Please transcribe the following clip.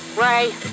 Ray